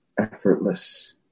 effortless